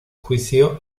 juicio